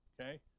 Okay